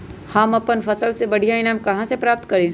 हम अपन फसल से बढ़िया ईनाम कहाँ से प्राप्त करी?